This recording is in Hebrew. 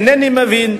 אינני מבין,